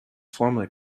formally